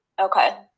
Okay